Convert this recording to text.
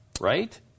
Right